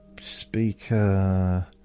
speaker